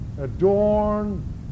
adorn